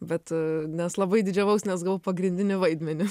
bet nes labai didžiavaus nes gavau pagrindinį vaidmenį